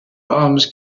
arms